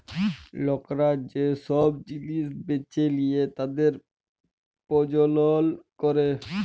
লকরা যে সব জিলিস বেঁচে লিয়ে তাদের প্রজ্বলল ক্যরে